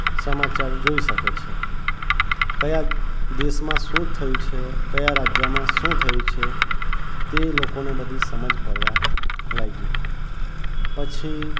સમાચાર જોઈ શકે છે કયા દેશમાં સું થયું છે કયા રાજ્યમાં શું થયું છે તે એ લોકોને બધી સમજ પડવા લાગી પછી